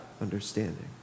understanding